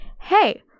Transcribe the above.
Hey